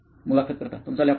मुलाखत कर्ता तुमचा लॅपटॉप